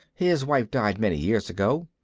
his wife died many years ago.